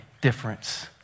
difference